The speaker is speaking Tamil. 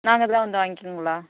நாங்கள் தான் வந்து வாங்கிக்கணும்ங்களா